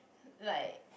like